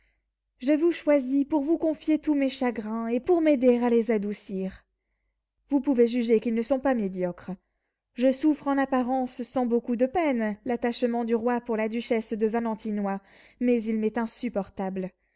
je vous choisis pour vous confier tous mes chagrins et pour m'aider à les adoucir vous pouvez juger qu'ils ne sont pas médiocres je souffre en apparence sans beaucoup de peine l'attachement du roi pour la duchesse de valentinois mais il m'est insupportable